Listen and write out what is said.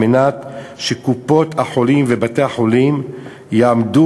כדי שקופות-החולים ובתי-החולים יעמדו